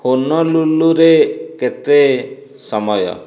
ହୋନୋଲୁଲୁରେ କେତେ ସମୟ